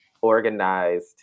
organized